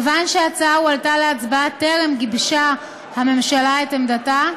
כיוון שההצעה הועלתה להצבעה לפני שהממשלה גיבשה את עמדתה,